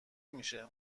میشه